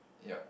yup